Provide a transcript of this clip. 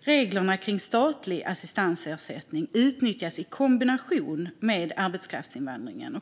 reglerna för statlig assistansersättning utnyttjas i kombination med arbetskraftsinvandring.